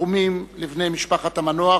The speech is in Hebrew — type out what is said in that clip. תנחומים לבני משפחת המנוח